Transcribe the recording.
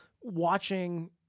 watching